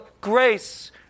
grace